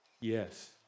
Yes